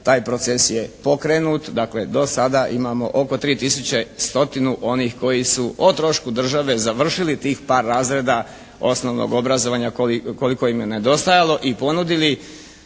taj proces je pokrenut. Dakle do sada imamo oko 3 tisuće stotinu onih koji su o trošku države završili tih par razreda osnovnog obrazovanja koliko im je nedostajalo i ponudili